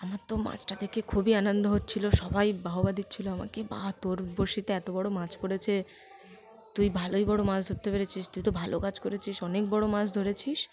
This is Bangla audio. আমার তো মাছটা দেখে খুবই আনন্দ হচ্ছিল সবাই বাহবা দিচ্ছিল আমাকে বাহ তোর বড়শিতে এত বড় মাছ পড়েছে তুই ভালোই বড় মাছ ধরতে পেরেছিস তুই তো ভালো কাজ করেছিস অনেক বড় মাছ ধরেছিস